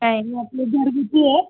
नाही आपलं घरगुती आहे